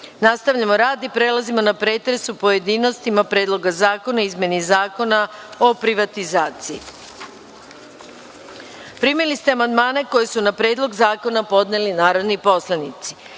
privrede. Nastavljamo rad i prelazimo na pretres u pojedinostima Predloga zakona i izmeni Zakona o privatizaciji. Primili ste amandmane koje su na Predlog zakona podneli narodni poslanici